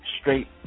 straight